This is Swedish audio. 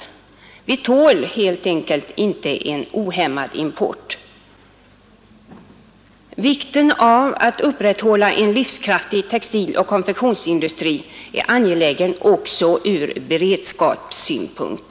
Vi tål helt enkelt inte en ohämmad import. Och att upprätthålla en livskraftig textiloch konfektionsindustri är angeläget också ur beredskapssynpunkt.